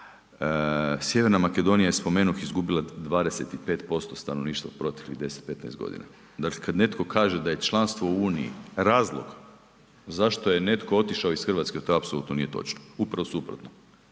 Sjeverna Makedonija je spomenuh izgubila 25% stanovništva u proteklih 10 – 15 godina. Dakle, kad netko kaže da je članstvo u uniji razlog zašto je netko otišao iz Hrvatske to apsolutno nije točno. Upravo suprotno.